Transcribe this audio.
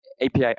api